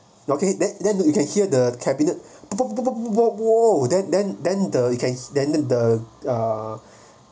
okay then then you can hear the cabinet pom pom pom pom then then then the you can then the the uh